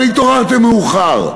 אבל התעוררתם מאוחר.